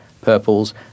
purples